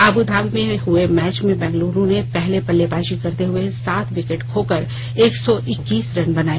Abu Dhabi में हुए match में बेंगलुरू ने पहले बल्लेबाजी करते हुए सात विकेट खोकर एक सौ इक्तीस रन बनाए